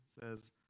says